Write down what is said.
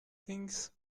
thinks